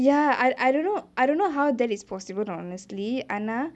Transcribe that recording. ya I I don't know I don't know how that is possible honestly ஆனா:aana